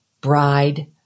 bride